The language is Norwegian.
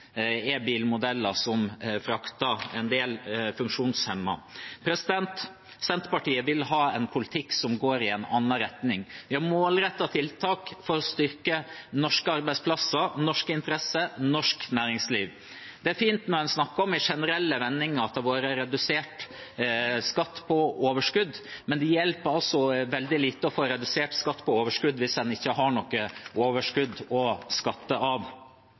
bilmodeller som frakter en del funksjonshemmede. Senterpartiet vil ha en politikk som går i en annen retning. Vi har målrettede tiltak for å styrke norske arbeidsplasser, norske interesser og norsk næringsliv. Det er fint når en snakker i generelle vendinger om at det er blitt redusert skatt på overskudd, men det hjelper veldig lite å få redusert skatt på overskudd hvis en ikke har noe overskudd å skatte av.